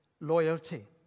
loyalty